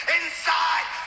inside